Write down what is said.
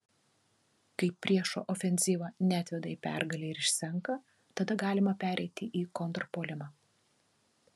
kai priešo ofenzyva neatveda į pergalę ir išsenka tada galima pereiti į kontrpuolimą